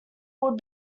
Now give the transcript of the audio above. would